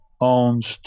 owns